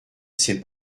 c’est